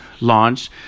launched